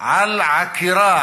על עקירה,